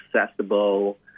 accessible